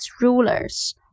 rulers